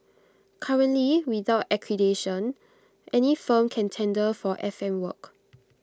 currently without accreditation any firm can tender for F M work